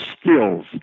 skills